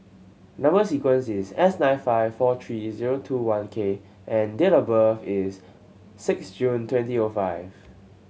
number sequence is S nine five four three zero two one K and date of birth is six June twenty O five